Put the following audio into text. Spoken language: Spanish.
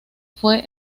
fue